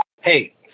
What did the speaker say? Hey